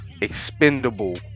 expendable